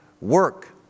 work